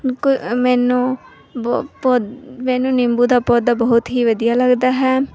ਮੈਨੂੰ ਬੋ ਪੌਦ ਮੈਨੂੰ ਨਿੰਬੂ ਦਾ ਪੌਦਾ ਬਹੁਤ ਹੀ ਵਧੀਆ ਲੱਗਦਾ ਹੈ